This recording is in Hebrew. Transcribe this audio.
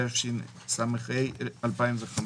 התשס"ה 2005,